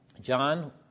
John